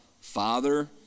Father